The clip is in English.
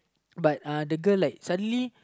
but the girl like suddenly